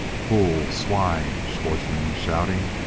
fool! swine! schwartzmann was shouting.